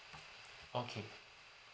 okay